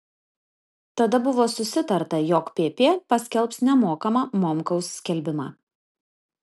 tada buvo susitarta jog pp paskelbs nemokamą momkaus skelbimą